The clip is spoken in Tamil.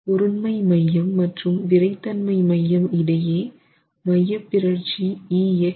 பொருண்மை மையம் மற்றும் விறைத்தன்மை மையம் இடையே மையப்பிறழ்ச்சி e x